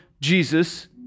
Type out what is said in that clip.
Jesus